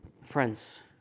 Friends